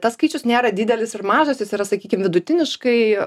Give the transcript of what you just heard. tas skaičius nėra didelis ir mažas jis yra sakykim vidutiniškai